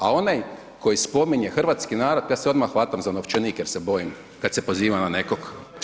A onaj koji spominje hrvatski narod, ja se odmah hvatam za novčanik jer se bojim kada se pozivam na nekog.